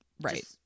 right